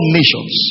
nations